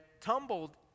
tumbled